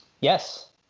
yes